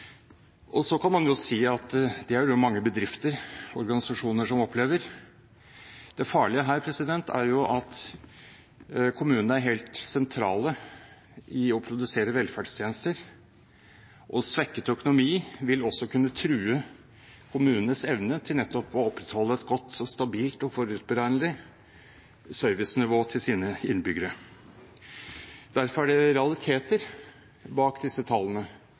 Så kan man si at det er det mange bedrifter og organisasjoner som opplever. Det farlige her er at kommunene er helt sentrale i å produsere velferdstjenester. Svekket økonomi vil også kunne true kommunenes evne til nettopp å opprettholde et godt, stabilt og forutberegnelig servicenivå til sine innbyggere. Derfor er det realiteter bak disse tallene,